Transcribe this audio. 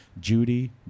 Judy